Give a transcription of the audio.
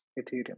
Ethereum